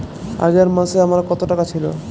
আগের মাসে আমার কত টাকা ছিল?